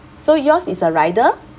so yours is a rider